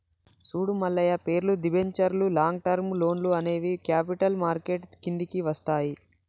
చూడు మల్లయ్య పేర్లు, దిబెంచర్లు లాంగ్ టర్మ్ లోన్లు అనేవి క్యాపిటల్ మార్కెట్ కిందికి వస్తాయి